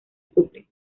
sucre